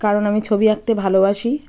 কারণ আমি ছবি আঁকতে ভালোবাসি